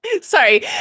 Sorry